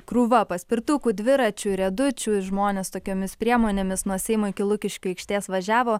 krūva paspirtukų dviračių riedučių žmonės tokiomis priemonėmis nuo seimo iki lukiškių aikštės važiavo